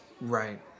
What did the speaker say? Right